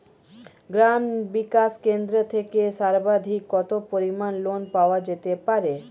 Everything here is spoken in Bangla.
গ্রাম বিকাশ কেন্দ্র থেকে সর্বাধিক কত পরিমান লোন পাওয়া যেতে পারে?